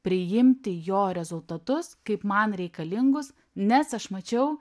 priimti jo rezultatus kaip man reikalingus nes aš mačiau